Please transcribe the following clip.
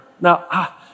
Now